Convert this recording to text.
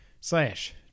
slash